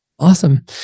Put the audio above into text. Awesome